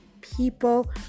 people